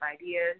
ideas